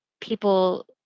people